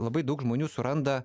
labai daug žmonių suranda